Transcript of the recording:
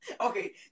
Okay